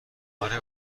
اره